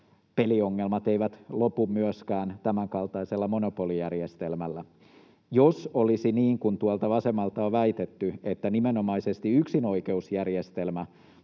Peliongelmat eivät lopu myöskään tämänkaltaisella monopolijärjestelmällä. Jos olisi niin kuin tuolta vasemmalta on väitetty, että nimenomaisesti yksinoikeusjärjestelmä